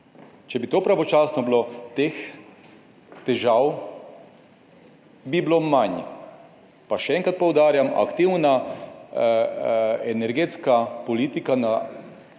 Če bi to pravočasno bilo, teh težav bi bilo manj. Pa še enkrat poudarjam, aktivna energetska politika na